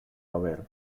haber